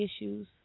issues